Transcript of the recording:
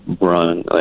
run